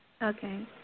Okay